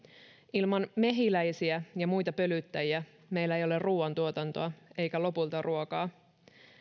ilman mehiläisiä ja muita pölyttäjiä meillä ei ole ruuantuotantoa eikä lopulta ruokaa